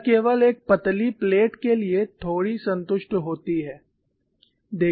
यह केवल एक पतली प्लेट के लिए थोड़ी संतुष्ट होती है